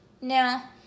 Now